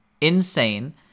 insane